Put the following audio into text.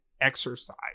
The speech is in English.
exercise